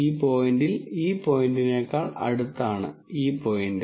ഈ പോയിന്റിൽ ഈ പോയിന്റിനേക്കാൾ അടുത്താണ് ഈ പോയിന്റ്